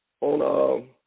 on